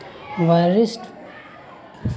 वरिष्ठ पेंशन बीमा योजना सामाजिक योजनार तहत काम कर छेक